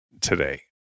today